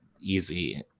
easy